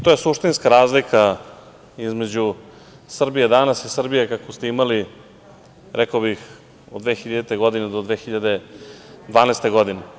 To je suštinska razlika između Srbije danas i Srbije kakvu ste imali, rekao bih od 2000. do 2012. godine.